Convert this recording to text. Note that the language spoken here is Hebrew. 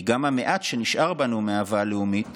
כי גם המעט שנשאר בנו מהאהבה הלאומית